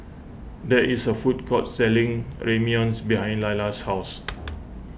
there is a food court selling Ramyeon's behind Lalla's house